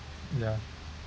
ya